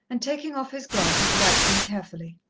and taking off his glasses, wiped them carefully.